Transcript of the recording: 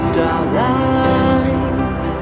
Starlight